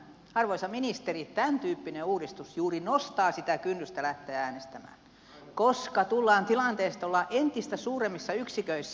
arvoisa ministeri tämäntyyppinen uudistus juuri nostaa sitä kynnystä lähteä äänestämään koska tullaan tilanteeseen että ollaan entistä suuremmissa yksiköissä